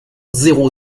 zéro